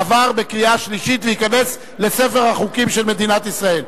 עבר בקריאה שלישית וייכנס לספר החוקים של מדינת ישראל.